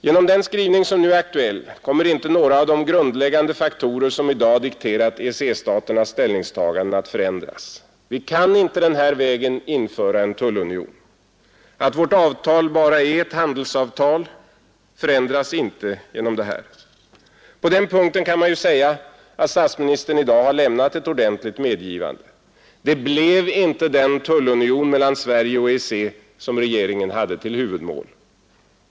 Genom den skrivning som nu är aktuell kommer inte några av de grundläggande faktorer som i dag dikterat EEC-staternas ställningstagande att förändras. Vi kan inte den här vägen införa en tullunion. Att vårt avtal bara är ett handelsavtal förändras inte genom det här. På den punkten kan man ju säga att statsministern i dag har lämnat ett ordentligt medgivande. Det blev inte den tullunion mellan Sverige och EEC som regeringen hade till huvudmål.